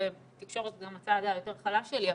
ותקשורת זה גם הצד היותר חלש שלי,